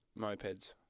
mopeds